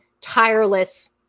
tireless